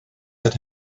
that